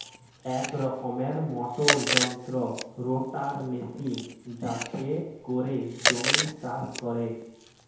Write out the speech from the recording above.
এক রকমের মোটর যন্ত্র রোটার মেশিন যাতে করে জমি চাষ করে